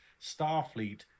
Starfleet